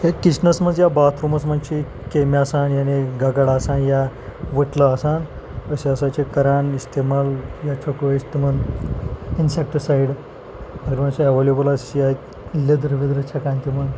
ہے کِچنَس منٛز یا باتھروٗمَس منٛز چھِ کیٚمۍ آسان یعنی گَگَر آسان یا ؤٹلہٕ آسان أسۍ ہَسا چھِ کَران استعمال یا چھَکو أسۍ تِمَن اِنسیکٹٕسایڈ اگر وۄنۍ سُہ ایویلیبٕل آسہِ یا لیٚدٔر ویٚدٔرٕ چھَکان تِمَن